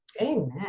Amen